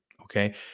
okay